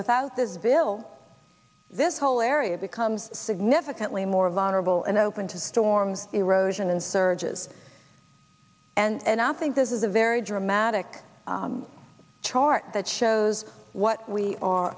without this bill this whole area becomes significantly more vulnerable and open to storms erosion and surges and i think this is a very dramatic chart that shows what we are